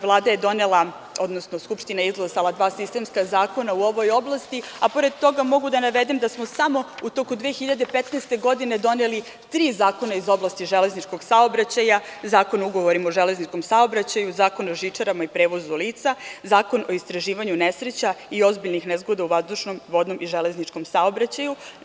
Vlada je donela, odnosno skupština izglasala dva sistemska zakona u ovoj oblasti, a pored toga mogu da navedem da smo samo u toku 2015. godine doneli tri zakona iz oblasti železničkog saobraćaja – Zakon o ugovorima u železničkom saobraćaju, Zakon o žičarama i prevozu lica, Zakon o istraživanju nesreća i ozbiljnih nezgoda u vazdušnom, vodnom i železničkom saobraćaju.